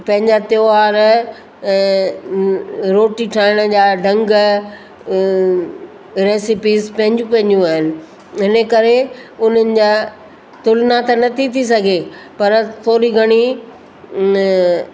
पंहिंजा त्योहार रोटी ठाहिण जा ढंग रेसिपीस पंहिंजियूं पंहिंजियूं आहिनि हिन करे उन्हनि जा तुलना त नथी थी सघे पर थोरी घणी इन